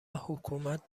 حکومت